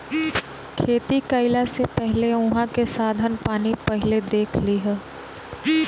खेती कईला से पहिले उहाँ के साधन पानी पहिले देख लिहअ